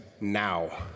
now